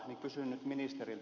kysyn nyt ministeriltä